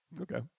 Okay